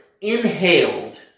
inhaled